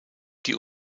die